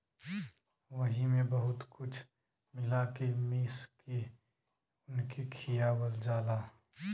वही मे बहुत कुछ मिला के मीस के उनके खियावल जाला